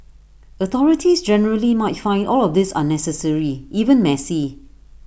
authorities generally might find all of this unnecessary even messy